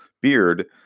beard